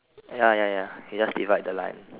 ya ya ya you just divide the line